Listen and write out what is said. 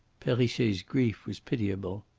perrichet's grief was pitiable.